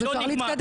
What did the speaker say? אז אפשר להתקדם,